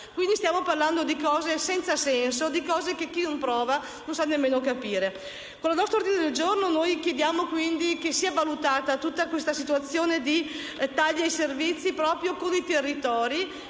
bocca. Stiamo parlando di cose senza senso, di cose che chi non prova non sa nemmeno capire. Con il nostro ordine del giorno chiediamo, quindi, che sia valutata tutta questa situazione di tagli ai servizi con i territori